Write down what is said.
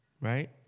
right